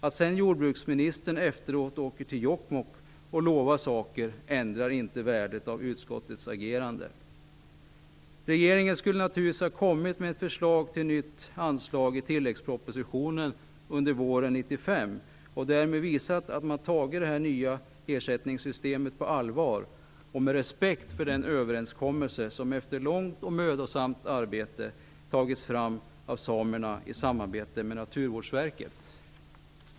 Att sedan jordbruksministern efteråt åker till Jokkmokk och lovar saker ändrar inte värdet av utskottets agerande. Regeringen skulle naturligtvis ha kommit med ett förslag till nytt anslag i tilläggspropositionen under våren 1995 och därmed visat att man tagit det nya ersättningssystemet på allvar och med respekt för den överenskommelse som efter långt och mödosamt arbete tagits fram av samerna i samarbete med Naturvårdsverket.